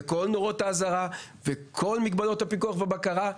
עם כל נורות האזהרה ועם כל מגבלות הפיקוח והבקרה.